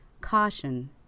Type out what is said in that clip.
Caution